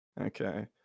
Okay